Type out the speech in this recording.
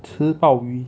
吃鲍鱼